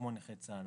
כמו נכי צה"ל.